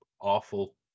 awful